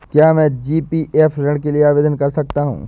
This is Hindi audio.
क्या मैं जी.पी.एफ ऋण के लिए आवेदन कर सकता हूँ?